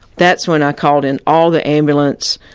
that's when i called in all the ambulance,